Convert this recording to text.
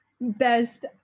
best